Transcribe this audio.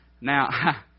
Now